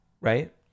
right